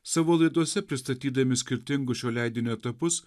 savo laidose pristatydami skirtingus šio leidinio etapus